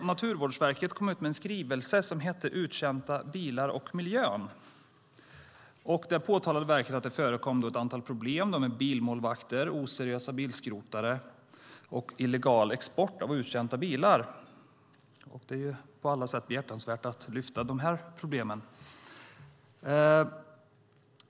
Naturvårdsverket kom ut med en skrivelse som hette Uttjänta bilar och miljön . Där påtalade verket att det förekom ett antal problem med bilmålvakter, oseriösa bilskrotare och illegal export av uttjänta bilar. Det är på alla sätt behjärtansvärt att lyfta upp de problemen.